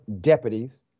deputies